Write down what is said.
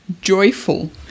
joyful